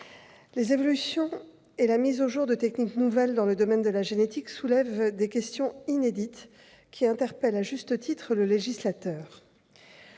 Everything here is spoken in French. les évolutions et la mise au jour de techniques nouvelles dans le domaine de la génétique soulèvent des questions inédites qui interpellent à juste titre le législateur.